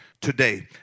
today